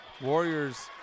Warriors